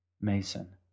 Mason